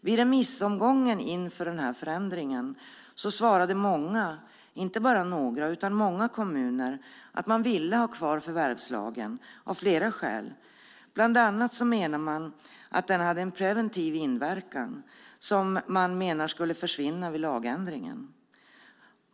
Vid remissomgången inför den här förändringen svarade många, inte bara några utan många kommuner att man ville ha kvar förvärvslagen av flera skäl. Bland annat menade man att den hade en preventiv inverkan som man menade skulle försvinna vid lagändringen.